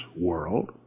world